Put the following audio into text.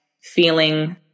feeling